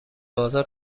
بازار